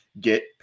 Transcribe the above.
get